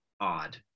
odd